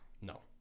No